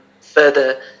further